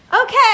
Okay